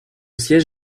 siège